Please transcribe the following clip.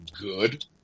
good